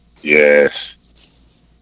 Yes